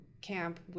camp